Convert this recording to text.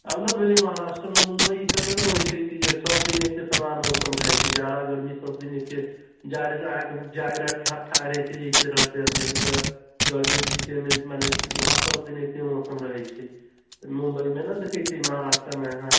आब ने भेलै महाराष्ट्रमे मुम्बइ सबमे नहि होइ छै कि जे सभ दिन एके समान मौसम रहै छै जाड़ा गर्मीसब दिन एके जाड़ि अहाँके जाड़ि ठाड़ि एके जइसे रहतै अपनेके घर गरमी भी सेमे मने वहाँ सबदिन एके मौसम रहै छै मुम्बइमे नहि देखै छिए महाराष्ट्रमे अहाँ